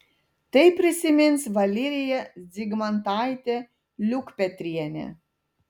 tai prisimins valerija zigmantaitė liukpetrienė